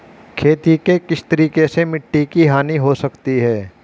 खेती के किस तरीके से मिट्टी की हानि हो सकती है?